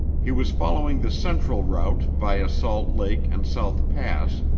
he was following the central route via salt lake and south pass,